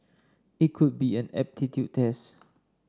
it could be an aptitude test